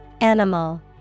Animal